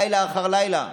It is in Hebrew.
לילה אחרי לילה.